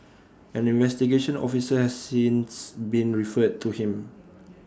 an investigation officer has since been referred to him